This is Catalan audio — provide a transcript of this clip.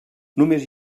només